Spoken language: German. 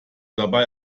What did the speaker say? dabei